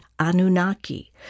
Anunnaki